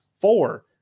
Four